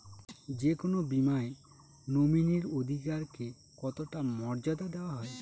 যে কোনো বীমায় নমিনীর অধিকার কে কতটা মর্যাদা দেওয়া হয়?